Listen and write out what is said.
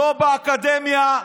לא באקדמיה,